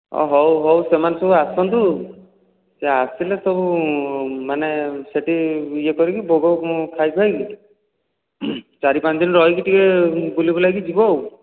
ହଉ ହଉ ସେମାନେ ସବୁ ଆସନ୍ତୁ ସେ ଆସିଲେ ସବୁ ମାନେ ସେଇଠି ୟେ କରିକି ଭୋଗ ଖାଇ ଖୁଆକି ଚାରି ପାଞ୍ଚ ଦିନ ରହିକି ଟିକିଏ ବୁଲି ବୁଲାକି ଯିବ ଆଉ